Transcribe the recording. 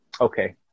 okay